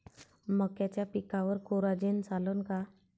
मक्याच्या पिकावर कोराजेन चालन का?